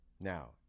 Now